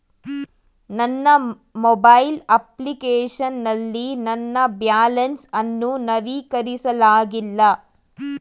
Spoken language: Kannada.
ನನ್ನ ಮೊಬೈಲ್ ಅಪ್ಲಿಕೇಶನ್ ನಲ್ಲಿ ನನ್ನ ಬ್ಯಾಲೆನ್ಸ್ ಅನ್ನು ನವೀಕರಿಸಲಾಗಿಲ್ಲ